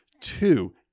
Two